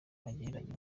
agereranya